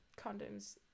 condoms